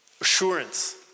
assurance